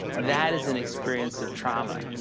that is an experience of trauma.